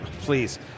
please